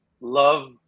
love